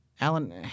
Alan